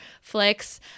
flicks